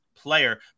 player